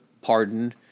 pardon